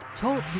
Talk